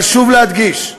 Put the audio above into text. חשוב להדגיש,